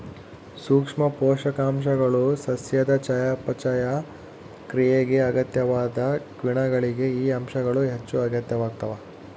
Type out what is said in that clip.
ಸೂಕ್ಷ್ಮ ಪೋಷಕಾಂಶಗಳು ಸಸ್ಯದ ಚಯಾಪಚಯ ಕ್ರಿಯೆಗೆ ಅಗತ್ಯವಾದ ಕಿಣ್ವಗಳಿಗೆ ಈ ಅಂಶಗಳು ಹೆಚ್ಚುಅಗತ್ಯವಾಗ್ತಾವ